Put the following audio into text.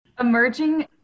Emerging